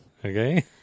Okay